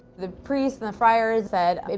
the priests and the friars said,